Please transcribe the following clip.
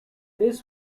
this